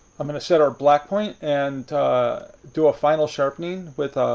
um and set our black point and do a final sharpening with